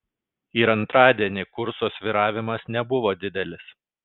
ir antradienį kurso svyravimas nebuvo didelis